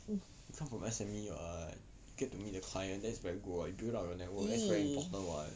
!ee!